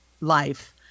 life